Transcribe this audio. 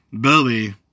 Billy